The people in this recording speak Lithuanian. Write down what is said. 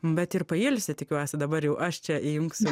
bet ir pailsi tikiuosi dabar jau aš čia įjungsiu